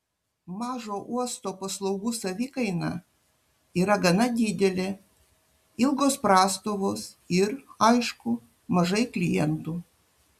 mažo uosto paslaugų savikaina yra gana didelė ilgos prastovos ir aišku mažai klientų